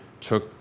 took